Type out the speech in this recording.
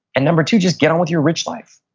and number two, just get on with your rich life.